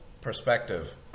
perspective